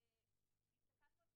אני אודה שהדיון פה